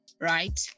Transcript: right